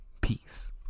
Peace